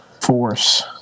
force